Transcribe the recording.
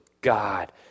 God